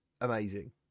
amazing